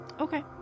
Okay